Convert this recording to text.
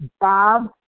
Bob